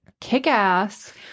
kick-ass